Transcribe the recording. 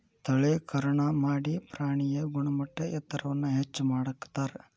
ತಳೇಕರಣಾ ಮಾಡಿ ಪ್ರಾಣಿಯ ಗುಣಮಟ್ಟ ಎತ್ತರವನ್ನ ಹೆಚ್ಚ ಮಾಡತಾರ